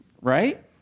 right